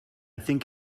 think